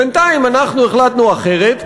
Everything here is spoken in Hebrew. בינתיים אנחנו החלטנו אחרת,